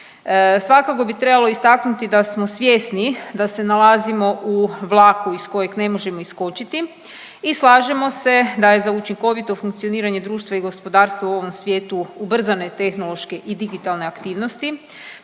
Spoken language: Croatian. Svakako bi trebalo istaknuti da smo svjesni da se nalazimo u vlaku iz kojeg ne možemo iskočiti i slažemo se da je za učinkovito funkcioniranje društva i gospodarstva u ovom svijetu ubrzane tehnološke i digitalne aktivnosti